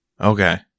Okay